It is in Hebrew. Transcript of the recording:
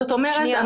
זאת אומרת,